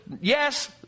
yes